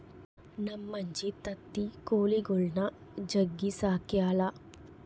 ನಮ್ಮಜ್ಜಿ ತತ್ತಿ ಕೊಳಿಗುಳ್ನ ಜಗ್ಗಿ ಸಾಕ್ಯಳ